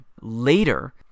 Later